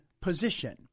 position